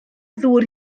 ddŵr